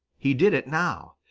he did it now.